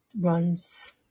runs